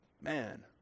Man